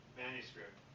manuscript